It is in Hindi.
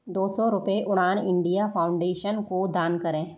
दो सौ रुपये उड़ान इंडिया फाउंडेशन को दान करें